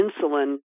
insulin